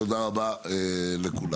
תודה רבה לכולם.